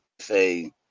say